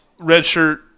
redshirt